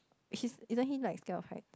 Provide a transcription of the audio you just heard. he's isn't he like scared of height